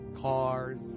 cars